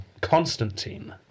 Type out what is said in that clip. Constantine